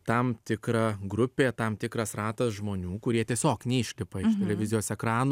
tam tikra grupė tam tikras ratas žmonių kurie tiesiog neišlipa iš televizijos ekranų